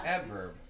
Adverb